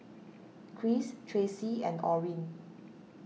Kris Tracee and Orin